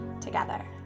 together